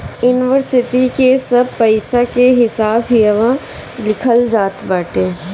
इन्वरसिटी के सब पईसा के हिसाब इहवा लिखल जात बाटे